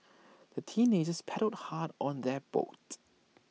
the teenagers paddled hard on their boat